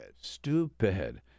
Stupid